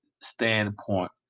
Standpoint